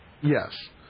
Yes